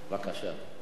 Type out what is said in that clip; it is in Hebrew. בבקשה.